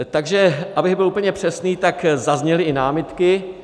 Takže abych byl úplně přesný, tak zazněly i námitky.